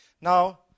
Now